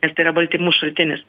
nes tai yra baltymų šaltinis